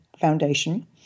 Foundation